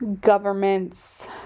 government's